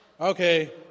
Okay